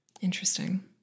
Interesting